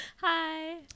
Hi